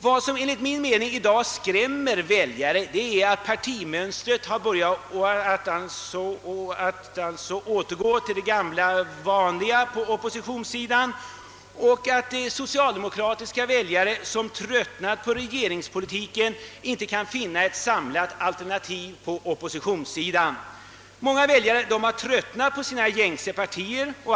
Vad som enligt min mening i dag skrämmer väljare är att partimönstret börjat återgå till det gamla vanliga på oppositionssidan. <Socialdemokratiska väljare, som inte längre gillar regeringspolitiken, kan inte finna ett samlat alternativ på :oppositionssidan. Många väljare har därför tröttnat på sina gängse partier.